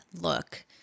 look